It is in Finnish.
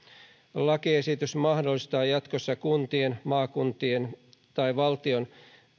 lakiesitys mahdollistaa jatkossa kuntien maakuntien tai valtion